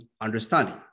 understanding